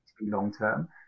long-term